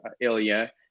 Ilya